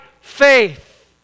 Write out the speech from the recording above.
faith